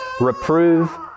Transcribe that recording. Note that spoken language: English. Reprove